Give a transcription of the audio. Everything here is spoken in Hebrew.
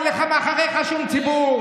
אין לך מאחוריך שום ציבור.